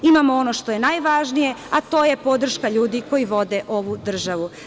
Imamo ono što je najvažnije, a to je podrška ljudi koji vode ovu državu.